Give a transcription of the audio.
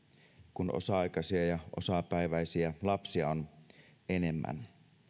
kun osa aikaisia ja osapäiväisiä lapsia on enemmän